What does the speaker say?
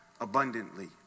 abundantly